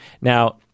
now